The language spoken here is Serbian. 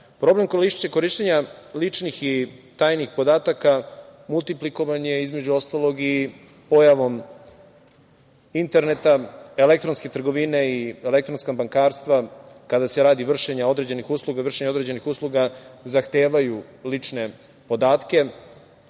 podataka. Problem korišćenja ličnih i tajnih podataka multiplikovan je i između ostalog i pojavom interneta, elektronske trgovine i elektronskog bankarstva kada se radi vršenja određenih usluga, vršenje određenih usluga zahtevaju lične podatke